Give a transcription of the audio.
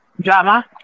drama